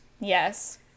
Yes